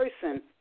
person